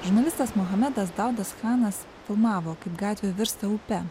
žurnalistas muhamedas daudas chanas filmavo kaip gatvė virsta upe